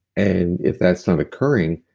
and if that's not occurring,